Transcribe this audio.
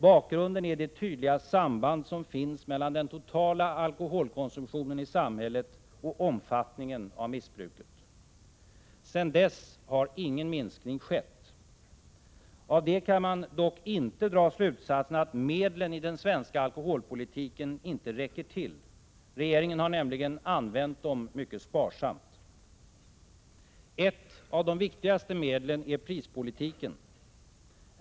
Bakgrunden är det tydliga samband som finns mellan den totala alkoholkonsumtionen i samhället och omfattningen av missbruket. Sedan dess har ingen minskning skett. Av det kan man dock inte dra slutsatsen att medlen i den svenska alkoholpolitiken inte räcker till. Regeringen har nämligen använt dem mycket sparsamt. Ett av de viktigaste medlen är prispolitiken.